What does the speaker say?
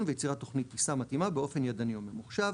ויצירת תכנית טיסה מתאימה באופן ידני או ממוחשב,